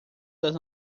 das